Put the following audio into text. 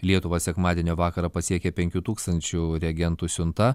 lietuvą sekmadienio vakarą pasiekė penkių tūkstančių reagentų siunta